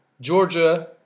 Georgia